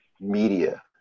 media